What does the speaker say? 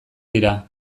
dira